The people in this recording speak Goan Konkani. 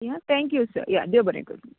या थेंक्यू सर या देव बरे करूं